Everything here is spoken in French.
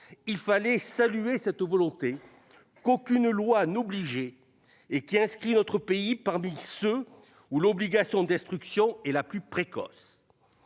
Il fallait saluer cette volonté qu'aucune loi n'obligeait et qui inscrit notre pays parmi ceux où l'obligation d'instruction est la plus précoce.